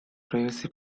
privacy